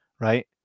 right